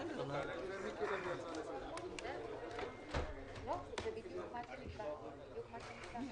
לפתוח את ישיבת ועדת הכספים.